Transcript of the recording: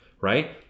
right